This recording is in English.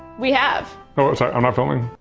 we have i'm sorry, i'm not filming,